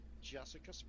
jessica